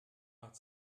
macht